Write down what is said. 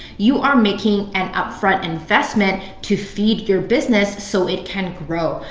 you are making an upfront investment to feed your business so it can grow.